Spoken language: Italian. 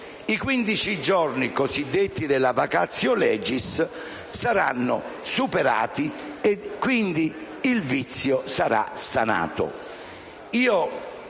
giorni cosiddetti della *vacatio* *legis* saranno superati e, quindi, il vizio sarà sanato.